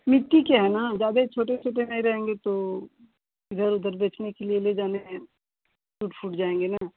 मिट्टी के हैं न ज्यादे छोटे छोटे नहीं रहेंगे तो इधर उधर बेचने के लिए ले जाने में टूट फूट जाएंगे न